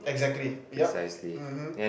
exactly yup (uh huh)